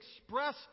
express